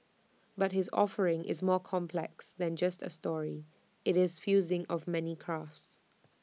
but his offering is more complex than just A story IT is fusing of many crafts